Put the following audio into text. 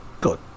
Good